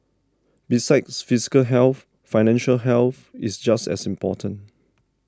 besides physical health financial health is just as important